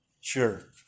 Sure